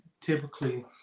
typically